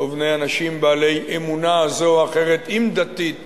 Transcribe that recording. ובני אנשים בעלי אמונה זו או אחרת, אם דתית